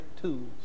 tools